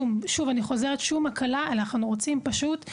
אנחנו לא רוצים שום הקלה; אנחנו רוצים פשטות,